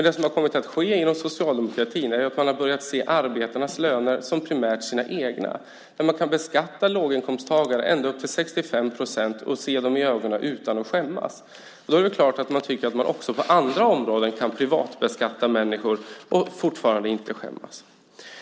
Det som har skett inom socialdemokratin är att man har börjat se arbetarnas löner primärt som sina egna där man kan beskatta låginkomsttagare ända upp till 65 procent och se dem i ögonen utan att skämmas. Då är det klart att man tycker att man också på andra områden kan privatbeskatta människor och fortfarande inte skämmas.